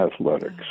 athletics